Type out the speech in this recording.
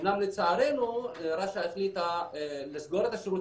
אמנם לצערנו רש"א החליטה לסגור את השירות